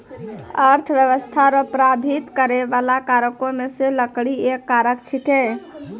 अर्थव्यस्था रो प्रभाबित करै बाला कारको मे से लकड़ी एक कारक छिकै